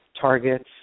targets